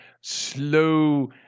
slow